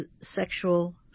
sexual